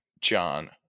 John